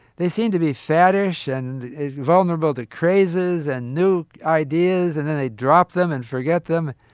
they seemed to be faddish and vulnerable to crazes and new ideas, and then they'd drop them and forget them.